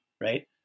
right